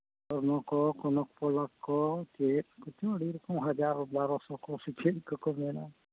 ᱱᱚᱣᱟ ᱠᱚ ᱠᱚᱱᱚᱠ ᱯᱚᱞᱚᱠ ᱠᱮ ᱪᱮᱫ ᱠᱚᱪᱚᱝ ᱟᱹᱰᱤ ᱨᱚᱠᱚᱢ ᱦᱟᱡᱟᱨ ᱵᱟᱨᱚ ᱥᱚ ᱠᱚ ᱪᱮᱫ ᱠᱚᱠᱚ ᱢᱮᱱᱟ